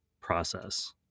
process